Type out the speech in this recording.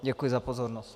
Děkuji za pozornost.